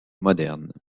modernes